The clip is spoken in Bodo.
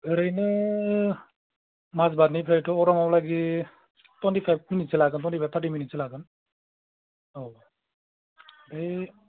ओरैनो माजबाटनिफ्रायथ' अरां आव लागि टुयेन्टि फाइभ मिनिटसो लागोन टुयेनटि फाइभ टार्टि मिनिटसो लागोन औ ओमफ्राय